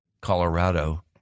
Colorado